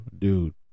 dude